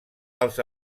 als